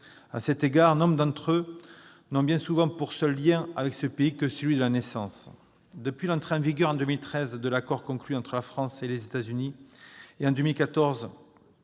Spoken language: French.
À cet égard, nombre d'entre eux n'ont bien souvent pour seul lien avec ce pays que celui de la naissance. Depuis l'entrée en vigueur en 2013 de l'accord conclu entre la France et les États-Unis et en 2014